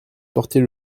porter